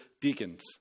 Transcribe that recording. deacons